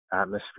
atmosphere